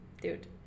Dude